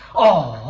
o